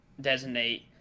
designate